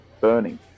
burning